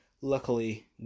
luckily